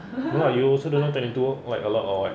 no lah you also know one twenty two like a lot or what